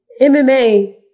MMA